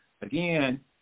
again